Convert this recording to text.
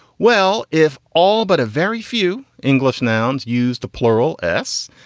well, if all but a very few english nouns use the plural s.